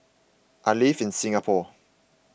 I live in Singapore